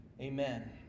Amen